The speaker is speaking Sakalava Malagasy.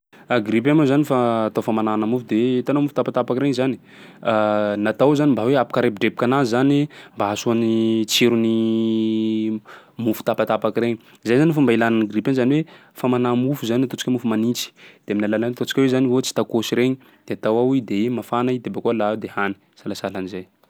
Grille-pain moa zany fa- atao famanana mofo. De hitanao mofo tapatapaky regny zany natao zany mba hoe hampikarepodrepoka anazy zany mba hahasoa ny tsiron'ny mofo tapatapaky regny. Zay zany fomba ilàna ny grille-pain zany hoe famanà mofo zany ataontsika hoe mofo manintsy.de amin'ny alalany ataontsika hoe zany ohatsy tacos regny de atao ao i de mafana i de bôkeo alà ao de hany, sahalahalan'izay.